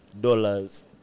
dollars